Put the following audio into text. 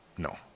No